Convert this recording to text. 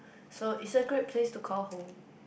so it's a great place to call home